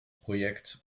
projekt